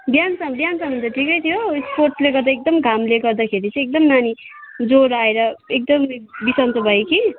बिहानसम्म बिहानसम्म त ठिकै थियो स्पोर्ट्सले गर्दा एकदम घामले गर्दाखेरि चाहिँ एकदम नानी ज्वरो आएर एकदम बिसन्चो भयो कि